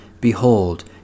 Behold